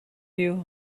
you